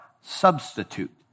substitute